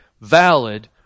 valid